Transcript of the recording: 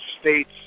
states